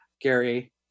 Gary